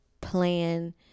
plan